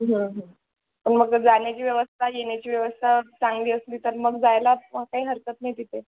मग जाण्याची व्यवस्था येण्याची व्यवस्था चांगली असली तर मग जायला काही हरकत नाही तिथे